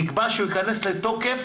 נקבע שהוא ייכנס לתוקף